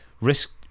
risk